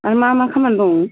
आरो मा मा खामानि दं